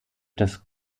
das